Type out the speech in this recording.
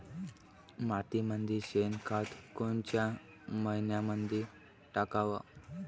मातीमंदी शेणखत कोनच्या मइन्यामंधी टाकाव?